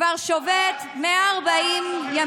השבוע הגשתי בקשה לדיון מהיר בנוגע למעצרים מינהליים,